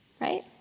Right